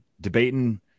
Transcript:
debating